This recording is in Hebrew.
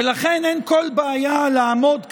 ולכן אין כל בעיה לעמוד כאן,